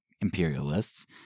imperialists